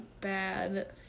bad